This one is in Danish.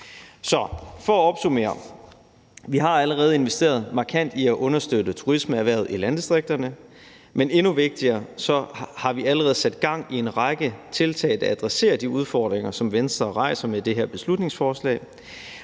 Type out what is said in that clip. for at opsummere har vi allerede investeret markant i at understøtte turismeerhvervet i landdistrikterne, men endnu vigtigere er det, at vi allerede har sat gang i en række tiltag, der adresserer de udfordringer, som Venstre rejser med det her beslutningsforslag.